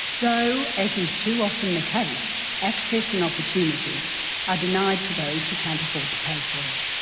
though, as is too often the case, access and opportunity are denied to those who can't afford to pay for it.